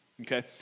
Okay